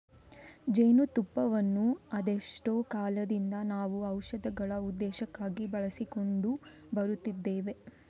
ಜೇನು ತುಪ್ಪವನ್ನ ಅದೆಷ್ಟೋ ಕಾಲದಿಂದ ನಾವು ಔಷಧಗಳ ಉದ್ದೇಶಕ್ಕಾಗಿ ಬಳಸಿಕೊಂಡು ಬರುತ್ತಿದ್ದೇವೆ